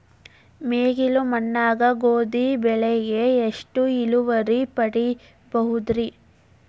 ಮೆಕ್ಕಲು ಮಣ್ಣಾಗ ಗೋಧಿ ಬೆಳಿಗೆ ಎಷ್ಟ ಇಳುವರಿ ಪಡಿಬಹುದ್ರಿ?